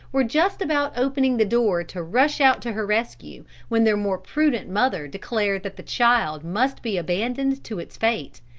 were just about opening the door to rush out to her rescue, when their more prudent mother declared that the child must be abandoned to its fate,